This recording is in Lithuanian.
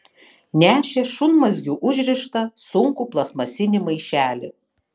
nešė šunmazgiu užrištą sunkų plastmasinį maišelį